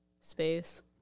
space